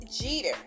Jeter